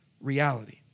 reality